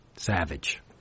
Savage